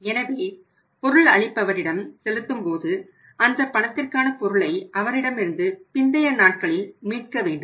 எனவே பொருள் அளிப்பவரிடம் செலுத்தும்போது அந்த பணத்திற்கான பொருளை அவரிடமிருந்து பிந்தைய நாட்களில் மீட்க வேண்டும்